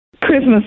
Christmas